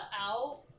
out